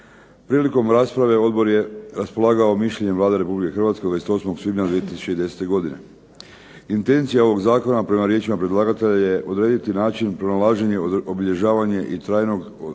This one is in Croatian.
Prilikom rasprave Odbor je raspolagao mišljenjem Vlade Republike Hrvatske od 28. svibnja 2010. godine. Intencija ovog Zakona prema riječima predlagatelja je odrediti način pronalaženje, obilježavanje i trajnog održavanja